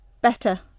better